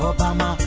Obama